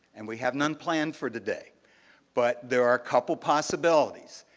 and we have non-planned for today but there are a couple possibilities.